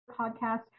podcast